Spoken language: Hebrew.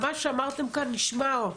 מה שאמרתם כאן נשמע,